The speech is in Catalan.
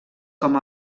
com